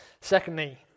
Secondly